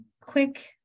quick